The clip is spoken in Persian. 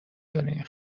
دارین